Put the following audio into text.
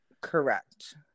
correct